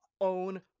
own